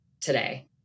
today